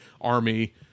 Army